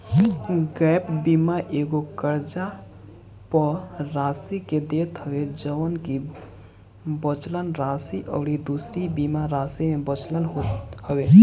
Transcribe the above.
gap बीमा एगो कर्जा पअ राशि के देत हवे जवन की बचल राशि अउरी दूसरी बीमा राशि में बचल होत हवे